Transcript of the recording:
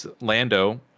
Lando